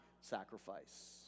sacrifice